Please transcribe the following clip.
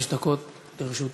חמש דקות לרשות אדוני,